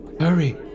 hurry